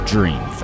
Dream